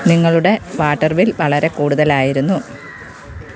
നിങ്ങളുടെ water bill വളരെ കൂടുതലായിരുന്നു